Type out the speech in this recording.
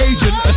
Agent